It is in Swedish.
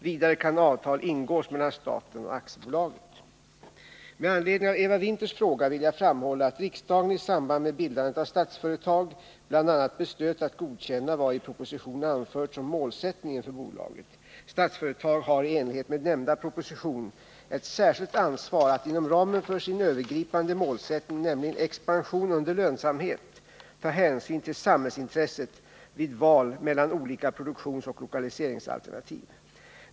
Vidare kan avtal ingås mellan staten och aktiebolaget. 1969:381) bl.a. beslöt att godkänna vad i propositionen anförts om målsättningen för bolaget. Statsföretag har i enlighet med nämnda proposition ett särskilt ansvar att, inom ramen för sin övergripande målsättning, nämligen expansion under lönsamhet, ta hänsyn till samhällsintresset vid val mellan olika produktionsoch lokaliseringsalternativ.